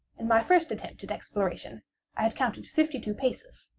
in my first attempt at exploration i had counted fifty-two paces,